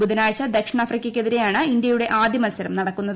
ബുധനാഴ്ച ദക്ഷിണാഫ്രിക്കയ്ക്കെതിരെയാണ് ഇന്ത്യയുടെ ആദ്യ മൽസരം നടക്കുന്നത്